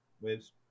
waves